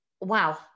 Wow